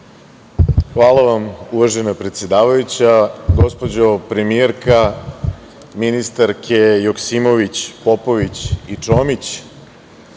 Hvala vam uvažena predsedavajuća. Gospođo premijerka, ministarke Joksimović, Popović i Čomić,